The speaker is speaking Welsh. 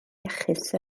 iachus